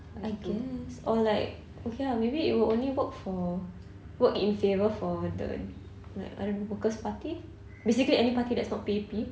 I guess or like okay lah maybe it will only work for work in favour for the I don't know worker's party basically any party that's not P_A_P